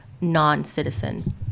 non-citizen